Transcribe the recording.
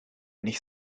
nicht